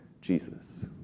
Jesus